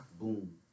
boom